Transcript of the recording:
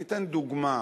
אני אתן דוגמה,